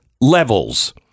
levels